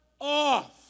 off